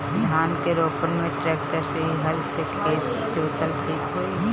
धान के रोपन मे ट्रेक्टर से की हल से खेत जोतल ठीक होई?